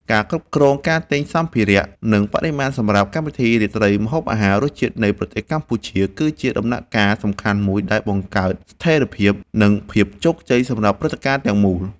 ការគ្រប់គ្រងការទិញសំភារៈ និងបរិមាណសម្រាប់កម្មវិធីរាត្រីម្ហូបអាហារ “រសជាតិនៃប្រទេសកម្ពុជា” គឺជាដំណាក់កាលសំខាន់មួយដែលបង្កើតស្ថេរភាព និងភាពជោគជ័យសម្រាប់ព្រឹត្តិការណ៍ទាំងមូល។